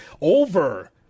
over